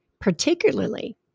particularly